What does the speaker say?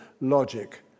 logic